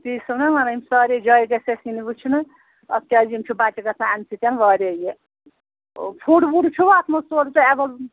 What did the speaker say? تی چھِسو نَہ ونان یِم سارے جایہِ گژھِ اَسہِ یِنۍ وٕچھنہٕ پَتہٕ کیٛازِ یِم چھِ بچہٕ گژھان اَمۍ سۭتۍ واریاہ یہِ فُڈ وُڈ چھُوٕ اَتھ منٛز سورُے تۄہہِ